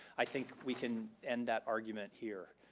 i think we can end that argument here.